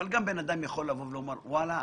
יכול לומר: "וואלה,